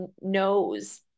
knows